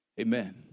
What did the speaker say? Amen